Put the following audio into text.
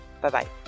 Bye-bye